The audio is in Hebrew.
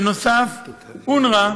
נוסף על כך, אונר"א,